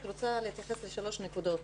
רק רוצה להתייחס לשלוש נקודות,